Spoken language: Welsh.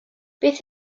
beth